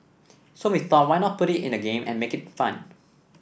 so we thought why not put it in a game and make it fun